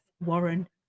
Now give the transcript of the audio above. warren